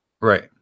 right